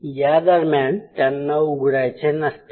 यादरम्यान त्यांना उघडायचे नसते